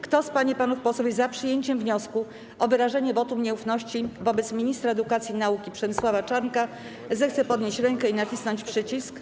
Kto z pań i panów posłów jest za przyjęciem wniosku o wyrażenie wotum nieufności wobec ministra edukacji i nauki Przemysława Czarnka, zechce podnieść rękę i nacisnąć przycisk.